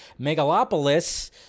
Megalopolis